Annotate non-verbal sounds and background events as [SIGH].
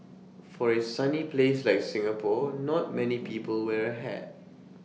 for A sunny place like Singapore not many people wear hat [NOISE]